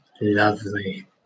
Lovely